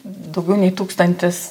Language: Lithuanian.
daugiau nei tūkstantis